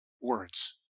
words